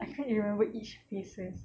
I can't remember each faces